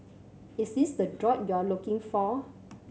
is this the droid you're looking for